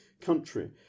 country